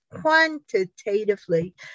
quantitatively